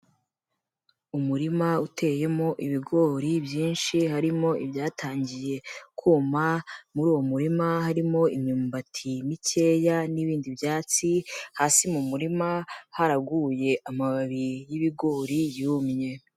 Umurima uteyemo ibigori byinshi harimo ibyatangiye kuma, muri uwo murima harimo imyumbati mikeya n'ibindi byatsi, hasi mu murima haraguye amababi y'ibigori yumye.